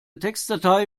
textdatei